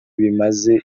bimaze